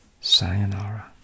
sayonara